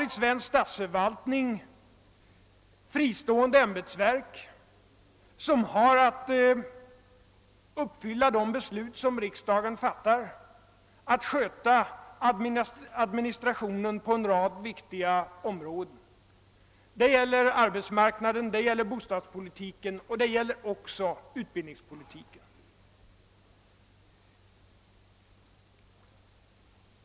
I svensk statsförvaltning finns fristående ämbetsverk, som har att verkställa "de beslut som riksdagen fattar samt att svara för administrationen på en rad viktiga områden, t.ex. arbetsmarknaden, bostadssektorn och utbildningspolitiken.